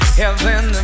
heaven